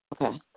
Okay